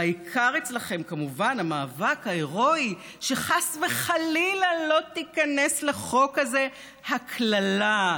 והעיקר אצלכם כמובן המאבק ההירואי שחס וחלילה לא תיכנס לחוק הזה הקללה,